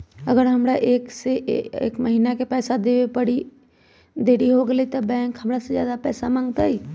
अगर हमरा से एक महीना के पैसा देवे में देरी होगलइ तब बैंक हमरा से ज्यादा पैसा मंगतइ?